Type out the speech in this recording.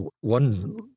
One